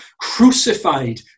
Crucified